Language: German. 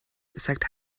sagt